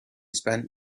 spent